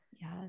Yes